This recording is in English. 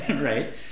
right